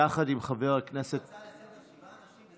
עם חבר הכנסת מרגי,